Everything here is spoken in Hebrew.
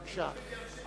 בבקשה.